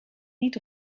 niet